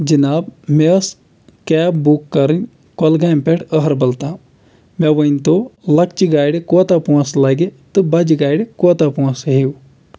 جِناب مےٚ ٲس کیب بُک کَرٕنۍ کۄلگامہِ پٮ۪ٹھ أہربل تام مےٚ ؤنۍتو لۄکچہِ گاڑِ کوتاہ پونٛسہٕ لَگہِ تہٕ بَجہِ گاڑِ کوتاہ پونٛسہٕ ہیٚیِو